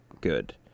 good